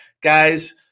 Guys